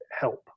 help